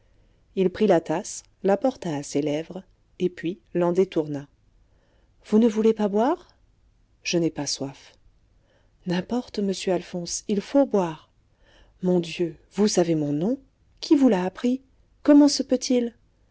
il prit la tasse la porta à ses lèvres et puis l'en détourna vous ne voulez pas boire je n'ai pas soif n'importe monsieur alphonse il faut boire mon dieu vous savez mon nom qui vous l'a appris comment se peut-il